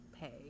pay